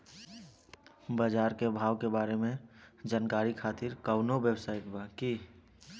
बाजार के भाव के बारे में जानकारी खातिर कवनो वेबसाइट बा की?